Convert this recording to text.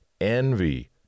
envy